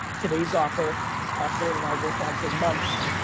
today's offer brane and i worked on for months,